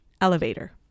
elevator